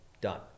done